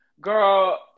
Girl